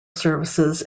services